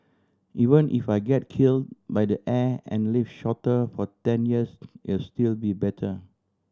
even if I get killed by the air and live shorter for ten years it'll still be better